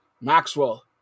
Maxwell